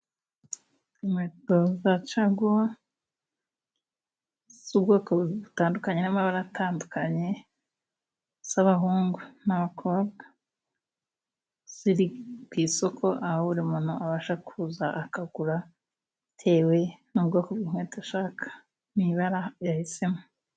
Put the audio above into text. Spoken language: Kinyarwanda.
Inkweto za caguwa z'ubwoko butandukanye n'amabara atandukanye， z'abahungu n'abakobwa， ziri ku isoko aho buri muntu abasha kuza akagura bitewe n'ubwoko bw'inkweto ashaka kugura n'ibara yahisemo.